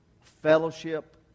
fellowship